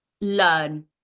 learn